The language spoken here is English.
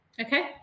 Okay